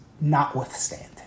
notwithstanding